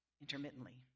intermittently